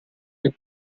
nel